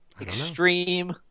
Extreme